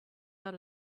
out